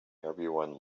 everyone